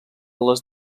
les